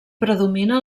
predomina